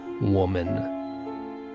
woman